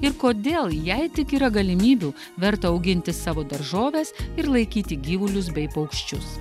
ir kodėl jei tik yra galimybių verta auginti savo daržoves ir laikyti gyvulius bei paukščius